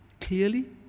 clearly